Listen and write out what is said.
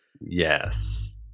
Yes